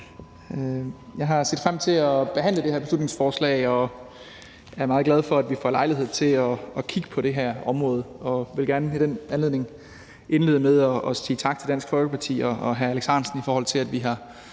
Jeg har set frem til at behandle det her beslutningsforslag og er meget glad for, at vi får lejlighed til at kigge på det her område, og jeg vil gerne i den anledning indlede med at sige tak til Dansk Folkeparti og hr. Alex Ahrendtsen for, at vi får